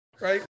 right